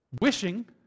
wishing